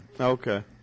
Okay